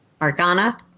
Argana